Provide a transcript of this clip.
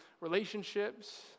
relationships